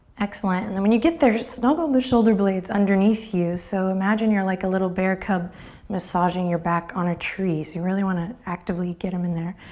excellent and when you get there snuggle the shoulder blades underneath you. so imagine you're like a little bear cub massaging your back on a tree. so you really want to actively get um in there.